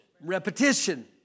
repetition